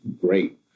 great